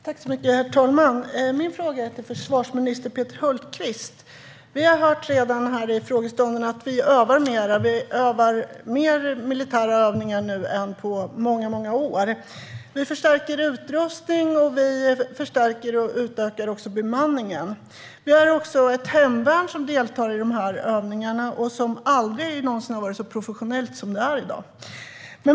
Herr talman! Min fråga är till försvarsminister Peter Hultqvist. Vi har under frågestunden redan hört att vi övar mer - vi genomför mer militära övningar nu än på många år. Vi förstärker utrustning, och vi förstärker och utökar även bemanningen. Vi har också ett hemvärn som deltar i övningarna och aldrig någonsin har varit så professionellt som det är i dag.